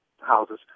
houses